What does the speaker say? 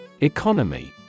Economy